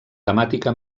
temàtica